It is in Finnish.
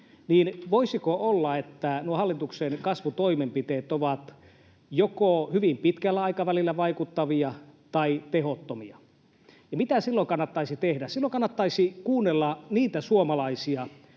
niin voisiko olla, että nuo hallituksen kasvutoimenpiteet ovat joko hyvin pitkällä aikavälillä vaikuttavia tai tehottomia, ja mitä silloin kannattaisi tehdä? Silloin kannattaisi kuunnella niitä suomalaisia,